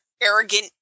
arrogant